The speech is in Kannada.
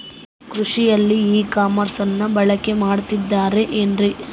ಕೃಷಿಯಲ್ಲಿ ಇ ಕಾಮರ್ಸನ್ನ ಬಳಕೆ ಮಾಡುತ್ತಿದ್ದಾರೆ ಏನ್ರಿ?